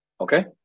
Okay